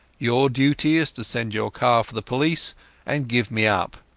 your duty is to send your car for the police and give me up.